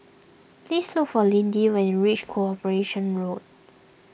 please look for Lindy when you reach Corporation Road